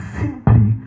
simply